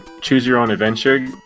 choose-your-own-adventure